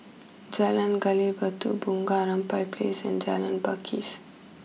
Jalan Gali Batu Bunga Rampai place and Jalan Pakis